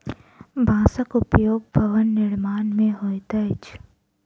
बांसक उपयोग भवन निर्माण मे होइत अछि